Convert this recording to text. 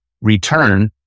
return